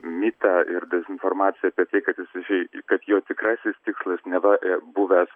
mitą ir dezinformaciją apie tai kad jis susižei kad jo tikrasis tikslas neva buvęs